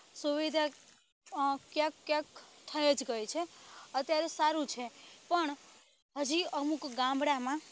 સુવિધા ક્યાંક ક્યાંક થઈ જ ગઈ છે અત્યારે સારું છે પણ હજી અમુક ગામડામાં